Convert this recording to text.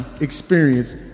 experience